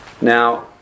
Now